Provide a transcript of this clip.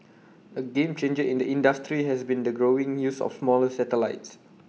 A game changer in the industry has been the growing use of smaller satellites